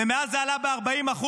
ומאז זה עלה ב-40%.